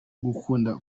gukunda